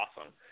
awesome